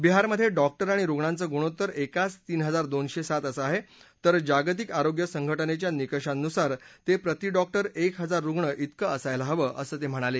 विहारमधे doctor आणि रुग्णांचं गुणोत्तर एकास तीन हजार दोनशे सात असं आहे तर जागतिक आरोग्य संघटनेच्या निकषांनुसार ते प्रति डॉक्टर एक हजार रुग्ण तिकं असायला हवं असं ते म्हणाले